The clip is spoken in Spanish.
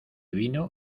vino